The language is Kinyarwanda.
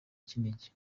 kinigi